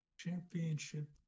championship